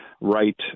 right